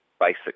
basic